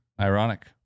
Ironic